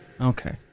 okay